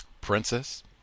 Princess